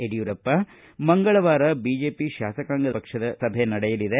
ಯಡಿಯೂರಪ್ಪ ಮಂಗಳವಾರ ಬಿಜೆಪಿ ಶಾಸಕಾಂಗ ಪಕ್ಷದ ಸಭೆ ನಡೆಯಲಿದೆ